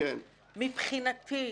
בעולם המקוון, בעולם האינטרנטי,